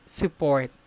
support